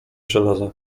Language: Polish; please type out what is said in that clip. żelaza